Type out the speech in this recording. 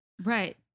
Right